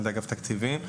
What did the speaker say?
אגף תקציבים.